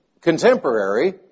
contemporary